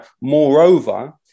Moreover